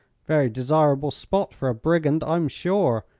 very desirable spot for a brigand, i'm sure,